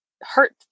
hurt